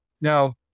Now